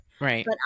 Right